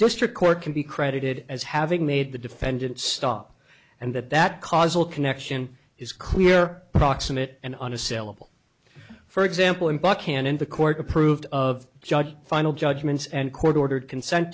district court can be credited as having made the defendant stop and that that causal connection is clear proximate and unassailable for example in buckhannon the court approved of judge final judgments and court ordered consent